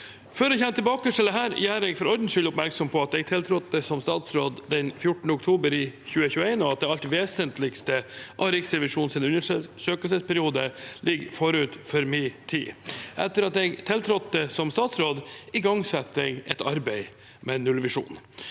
tilbake til dette, gjør jeg for ordens skyld oppmerksom på at jeg tiltrådte som statsråd 14. oktober 2021, og at det alt vesentligste av Riksrevisjonens undersøkelsesperiode ligger forut for min tid. Etter at jeg tiltrådte som statsråd, igangsatte jeg et arbeid med en nullvisjon.